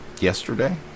yesterday